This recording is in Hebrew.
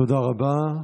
תודה רבה.